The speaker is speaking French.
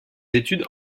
études